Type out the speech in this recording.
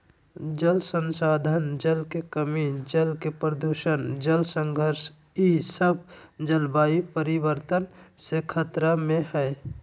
जल संसाधन, जल के कमी, जल प्रदूषण, जल संघर्ष ई सब जलवायु परिवर्तन से खतरा में हइ